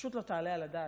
שפשוט לא תעלה על הדעת,